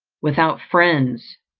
without friends,